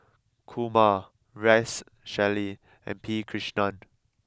Kumar Rex Shelley and P Krishnan